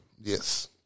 Yes